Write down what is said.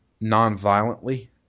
non-violently